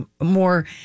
more